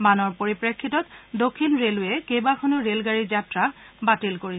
বানৰ পৰিপ্ৰেক্ষিতত দক্ষিণ ৰেলৱে কেইবাখনো ৰে'লগাড়ীৰ যাত্ৰা বাতিল কৰিছে